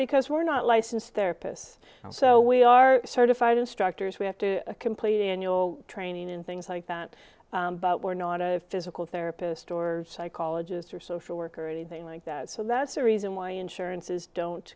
because we're not licensed therapist so we are certified instructors we have to complete annual training and things like that but we're not a physical therapist or psychologist or social worker or anything like that so that's the reason why insurance is don't